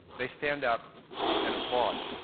they stand up and applaud.